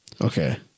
okay